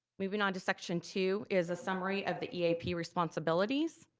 moving on to section two, is a summary of the eap responsibilities.